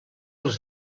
els